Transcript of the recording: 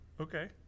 Okay